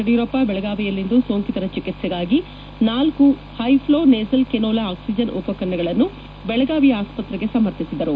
ಯಡಿಯೂರಪ್ಪ ಬೆಳಗಾವಿಯಲ್ಲಿಂದು ಸೋಂಕಿತರ ಚಿಕಿತ್ತೆಗಾಗಿ ನಾಲ್ಲು high flow nasal cannula oxygen ಉಪಕರಣಗಳನ್ನು ಬೆಳಗಾವಿಯ ಆಸ್ಪತ್ರೆಗೆ ಸಮರ್ಪಿಸಿದರು